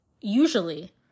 usually